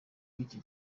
b’icyo